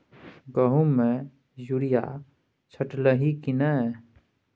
गहुम मे युरिया छीटलही की नै?